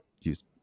use